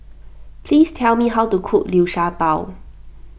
please tell me how to cook Liu Sha Bao